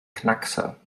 knackser